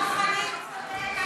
דב חנין צודק,